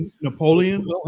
Napoleon